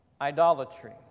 Idolatry